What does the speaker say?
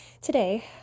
Today